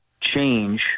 change